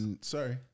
sorry